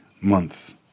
month